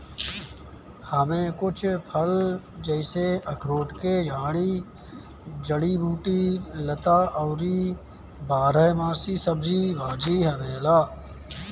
एमे कुछ फल जइसे अखरोट के झाड़ी, जड़ी बूटी, लता अउरी बारहमासी सब्जी भाजी आवेला